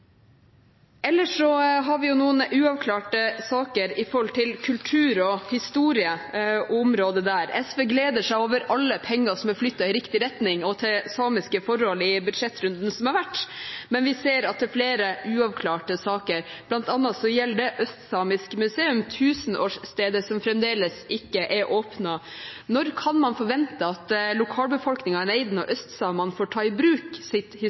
har vi noen uavklarte saker som gjelder kultur og historie. SV gleder seg over alle penger som er flyttet i riktig retning og til samiske forhold i den budsjettrunden som har vært, men vi ser at det er flere uavklarte saker. Blant annet gjelder det Østsamisk museum, tusenårsstedet som fremdeles ikke er åpnet. Når kan man forvente at lokalbefolkningen i Neiden og østsamene får ta i bruk sitt